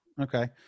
Okay